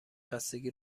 خستگی